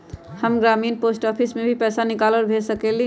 हम ग्रामीण post office से भी पैसा निकाल और भेज सकेली?